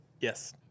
Yes